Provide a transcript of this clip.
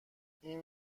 این